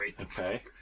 Okay